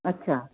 अच्छा